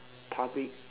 public